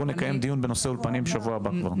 אנחנו נקיים דיון בנושא האולפנים כבר בשבוע הבא.